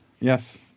Yes